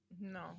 No